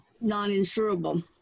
non-insurable